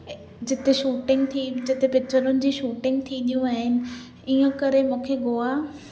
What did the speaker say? जिते शूटिंग थी जिते पिकिचरुनि जी शूटिंग थींदियूं आहिनि हीअं करे मूंखे गोवा